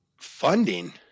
Funding